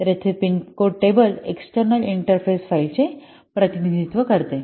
तर येथे pin code table external interface file चे प्रतिनिधित्व करते